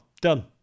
Done